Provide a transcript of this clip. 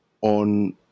on